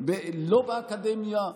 לא באקדמיה,